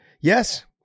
Yes